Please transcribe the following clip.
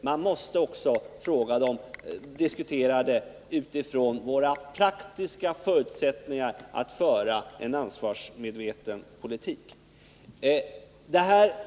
Man måste också diskutera den utifrån våra praktiska förutsättningar att föra en ansvarsmedveten politik.